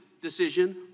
decision